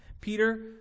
Peter